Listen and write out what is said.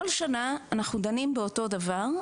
כל שנה אנחנו דנים באותו הדבר,